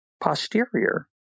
posterior